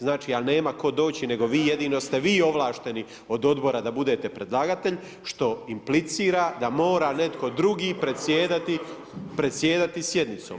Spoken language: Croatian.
Znači a nema tko doći nego vi, jedino ste vi ovlašteni od Odbora da budete predlagatelj, što implicira da mora netko drugi predsjedati sjednicom.